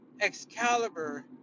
Excalibur